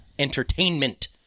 entertainment